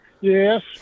Yes